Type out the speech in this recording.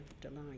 delight